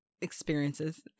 experiences